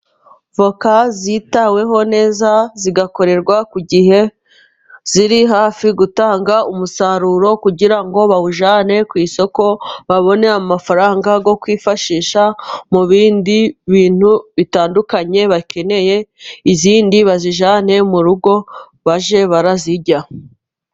Voca zitaweho neza zigakorerwa ku gihe, ziri hafi gutanga umusaruro, kugira ngo bawujyane ku isoko, babone amafaranga yo kwifashisha, mu bindi bintu bitandukanye bakeneye, izindi bazijyane mu rugo bajye bazirya.